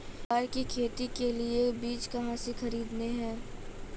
ग्वार की खेती के लिए बीज कहाँ से खरीदने हैं?